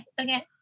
okay